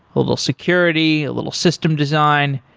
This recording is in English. a little security, a little system design.